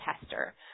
tester